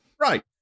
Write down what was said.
right